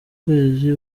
kwezi